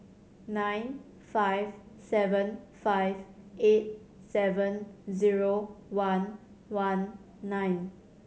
nine five seven five eight seven zero one one nine